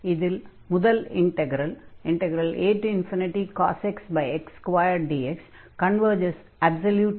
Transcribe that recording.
இதில் எடுத்துக் கொண்ட முதல் integral acos x x2dx converges absolutely